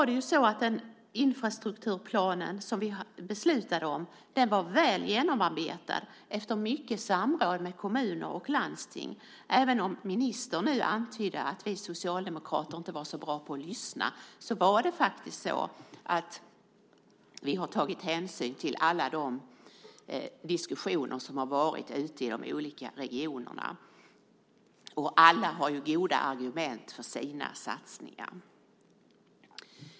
Den infrastrukturplan vi beslutade om var väl genomarbetad efter mycket samråd med kommuner och landsting. Även om ministern nu antydde att vi socialdemokrater inte var så bra på att lyssna är det faktiskt så att vi har tagit hänsyn till alla de diskussioner som har varit ute i de olika regionerna, och alla har goda argument för sina satsningar.